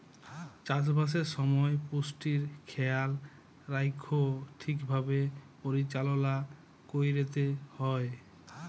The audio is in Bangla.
চাষবাসের সময় পুষ্টির খেয়াল রাইখ্যে ঠিকভাবে পরিচাললা ক্যইরতে হ্যয়